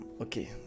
Okay